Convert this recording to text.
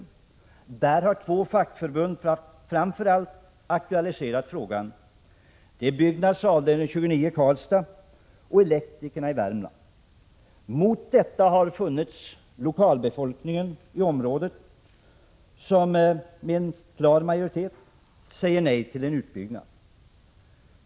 Det är framför allt två fackförbund som har aktualiserat frågan: Byggnads avdelning 29 i Prot. 1986/87:108 Karlstad och Elektrikerförbundet i Värmland. Mot detta har funnits 22 april 1987 lokalbefolkningen i området som med klar majoritet säger nej till en utbyggnad.